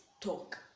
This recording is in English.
talk